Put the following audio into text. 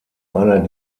einer